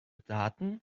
daten